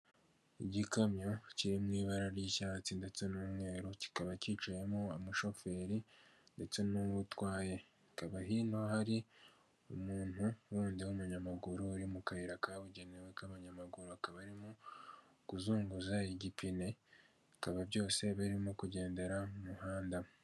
Igikamyo kiri mu ibara ry'icyatsi ndetse n'umweru kikaba kicayemo umushoferi, ndetse n'uwutwaye. Hakaba hino hari umuntu wundi w'umunyamaguru uri mu kayira kabugenewe, k'abanyamaguru akaba arimo kuzunguza igipine, bikaba byose birimo kugendera mu muhanda.